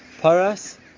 Paras